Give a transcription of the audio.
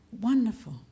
Wonderful